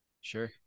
Sure